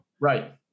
Right